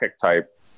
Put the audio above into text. type